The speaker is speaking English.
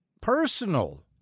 personal